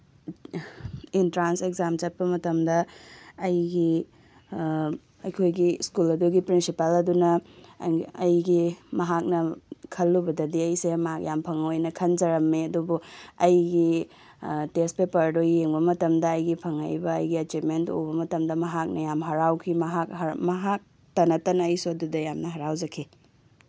entrance exam ꯆꯠꯄ ꯃꯇꯝꯗ ꯑꯩꯒꯤ ꯑꯩꯈꯣꯏꯒꯤ ꯁ꯭ꯀꯨꯜ ꯑꯗꯨꯒꯤ ꯄ꯭ꯔꯤꯟꯁꯤꯄꯥꯜ ꯑꯗꯨꯅ ꯑꯩꯒꯤ ꯃꯍꯥꯛꯅ ꯈꯜꯂꯨꯕꯗꯗꯤ ꯑꯩꯁꯦ ꯃꯥꯛ ꯌꯥꯝ ꯐꯪꯉꯣꯏꯅ ꯈꯟꯖꯔꯝꯃꯦ ꯑꯗꯨꯕꯨ ꯑꯩꯒꯤ ꯇꯦꯁ ꯄꯦꯄꯔ ꯑꯗꯣ ꯌꯦꯡꯕ ꯃꯇꯝꯗ ꯑꯩꯒꯤ ꯐꯪꯉꯛꯏꯕ ꯑꯩꯒꯤ ꯑꯦꯆꯤꯞꯃꯦꯟꯗꯨ ꯎꯕ ꯃꯇꯝꯗ ꯃꯍꯥꯛꯅ ꯌꯥꯝ ꯍꯔꯥꯎꯈꯤ ꯃꯍꯥꯛꯇ ꯅꯠꯇꯅ ꯑꯩꯁꯨ ꯑꯗꯨꯗ ꯌꯥꯝ ꯍꯔꯥꯎꯖꯈꯤ